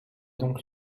donc